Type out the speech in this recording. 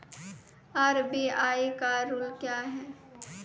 RBI का rule क्या हैं?